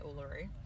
Uluru